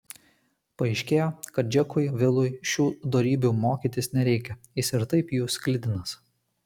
paaiškėjo kad džekui vilui šių dorybių mokytis nereikia jis ir taip jų sklidinas